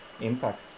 Impact